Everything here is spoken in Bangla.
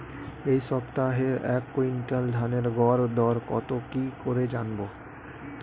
এই সপ্তাহের এক কুইন্টাল ধানের গর দর কত কি করে জানবো?